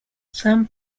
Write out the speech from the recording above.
sam